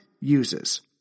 uses